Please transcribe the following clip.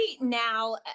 now